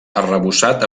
arrebossat